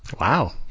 Wow